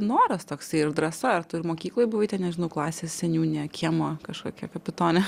noras toksai ir drąsa ar tu ir mokykloj buvai ten nežinau klasės seniūne kiemo kažkokia kapitone